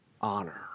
honor